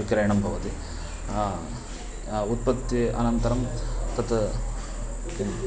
विक्रयणं भवति उत्पत्ति अनन्तरं तत् किम्